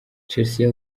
chelsea